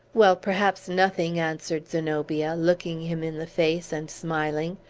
well, perhaps nothing, answered zenobia, looking him in the face, and smiling.